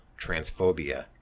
transphobia